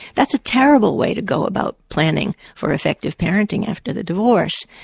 that's a terrible way to go about planning for effective parenting after the divorce,